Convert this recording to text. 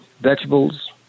vegetables